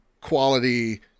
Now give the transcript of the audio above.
quality